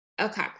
okay